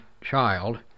child